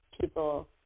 people